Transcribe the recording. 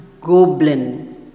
goblin